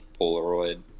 Polaroid